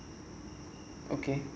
okay